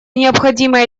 необходимая